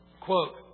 quote